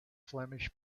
flemish